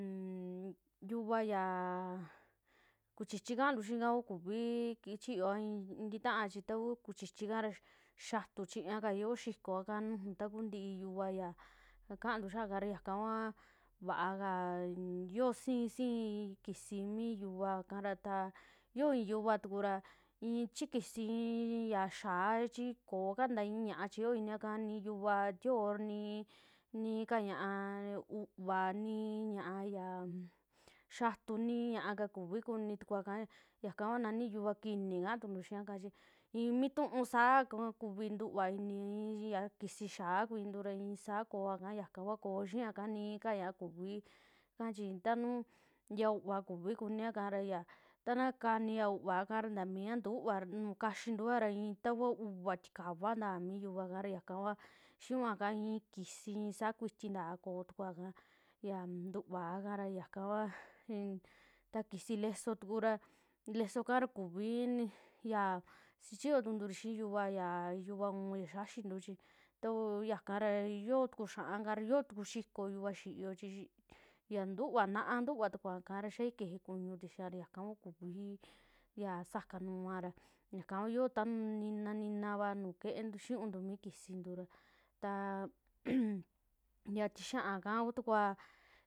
yuvaa yaa kuchichi kaantu xiika kuvii chiyoa ii ntitaa, chi kuchichi kara xiatuu chiñaa kaa iyoo xikoa kaa nuju ta kuun ntii yuvaaya kantuu xa'a kara, yaka kua vaa kaa xio sii, sii kisii mii yuvaa kaara, xioo i'i yuvatukura ichii kisii ya xiaa chii koo ka ntaii ña'a xiyoo iniaka, ni yuva tio'o, ni, ni ka ñaa uuva, nii ña'a yaka xiatu, ni ñaaka tu kuvi kuni tukuaka, yaka kua nani yuvaa kinii kaa tukuntu xiika chi iimi tuu saaka kuvi ntuvaa ini yaa kisii xiaa kuintura iisaa koaka ñaka kua koo xiaaka, nii ka ñaa kuvika chi ta nuu ya uuva kuvi kunia ika raya tana kania ya uuva ikara ntaa mia ntuvaa ika nuu kaxintua takuu uva'a tikavaanta mi yuvaa ka ta yakakua xinuaa kaa ii sikii ii saa kuititaa koo tukuaka ntuuvaa kara yaka kua, ta kisii lesoo tukura, lesooka ra kuvii yaa sichitunturi xii yuvaa, yuvaa uun ya xiaxintu chi ta uu yaka ra xiotuku xia kara, xio tuku xikoo yuvaa xiiyo, chi ya ntuvaa, naa ntuvaa tukua kara xaii keje kuñuri ara yakakua kuvii sakanuaa ra yaka kua yoo taa nina, nina nu kentu xiniuntu mi kisintu ra ta ya tixa'aka kutukua.